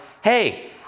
hey